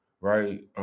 Right